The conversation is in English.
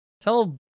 tell